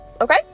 Okay